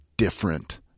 Different